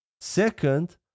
Second